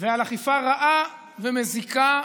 ועל אכיפה רעה ומזיקה,